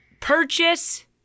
purchase